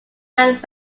rank